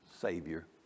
Savior